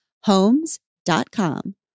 Homes.com